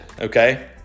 okay